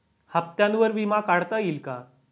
हप्त्यांवर विमा काढता येईल का?